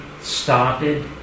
started